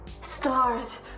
Stars